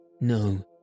No